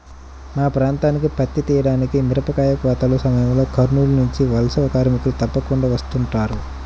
మా ప్రాంతానికి పత్తి తీయడానికి, మిరపకాయ కోతల సమయంలో కర్నూలు నుంచి వలస కార్మికులు తప్పకుండా వస్తుంటారు